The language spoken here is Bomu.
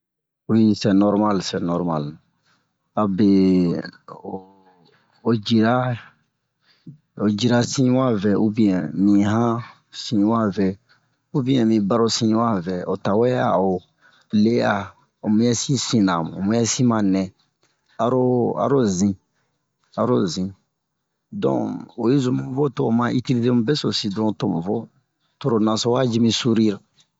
Wi sɛ normal sɛ normal abe o o jira o jira sin yi wa vɛ ubiɛn mi han sin yi wa vɛ ubiɛn mi baro sin yi wa vɛ o tawɛ a'o le'a o muyɛsi sina mu muyɛsi ma nɛn aro aro zin aro zin don oyi zun mu vo to o ma itilize mu besosi don to mu vo toro naso wa ji mi surir